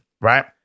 right